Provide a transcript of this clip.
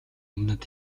өмнөд